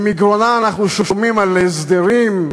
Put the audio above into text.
שמגרונה אנחנו שומעים על הסדרים,